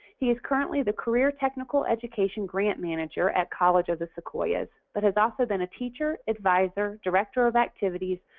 he's currently the career technical education grant manager at college of the sequoias but has also been a teacher, advisor, director of activities,